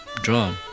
drawn